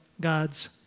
God's